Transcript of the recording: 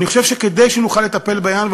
אני חושב שכדי שנוכל לטפל בעניין,